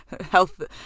health